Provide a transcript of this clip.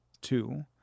two